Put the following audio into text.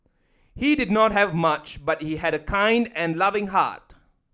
he did not have much but he had a kind and loving heart